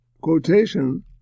quotation